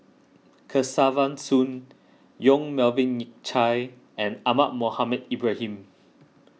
Kesavan Soon Yong Melvin Yik Chye and Ahmad Mohamed Ibrahim